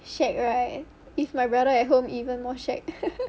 shag right if my brother at home even more shag